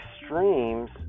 extremes